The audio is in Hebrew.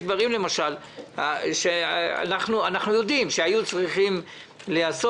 יש דברים שאנחנו יודעים שהיו צריכים להיעשות.